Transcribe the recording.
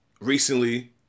recently